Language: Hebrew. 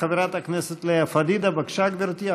חברת הכנסת לאה פדידה, בבקשה, גברתי.